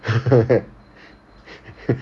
okay